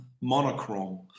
monochrome